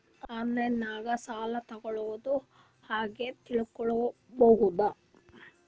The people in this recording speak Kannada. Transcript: ಆನ್ಲೈನಾಗ ಸಾಲ ತಗೊಳ್ಳೋದು ಹ್ಯಾಂಗ್ ತಿಳಕೊಳ್ಳುವುದು?